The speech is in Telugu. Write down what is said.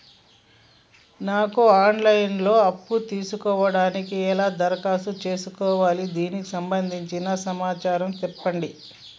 నాకు ఆన్ లైన్ లో అప్పు తీసుకోవడానికి ఎలా దరఖాస్తు చేసుకోవాలి దానికి సంబంధించిన సమాచారం చెప్పండి?